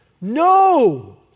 No